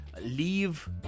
Leave